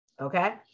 Okay